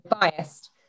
biased